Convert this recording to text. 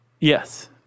Yes